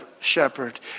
shepherd